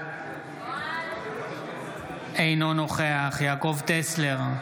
אינו נוכח יעקב טסלר,